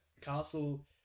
Castle